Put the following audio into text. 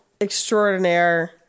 extraordinaire